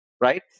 right